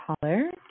color